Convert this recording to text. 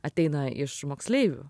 ateina iš moksleivių